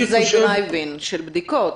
מדברים על שלושה מרכזי דרייב-אין של בדיקות.